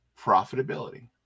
profitability